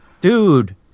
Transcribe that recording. Dude